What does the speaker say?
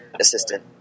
assistant